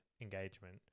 engagement